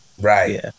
Right